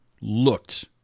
looked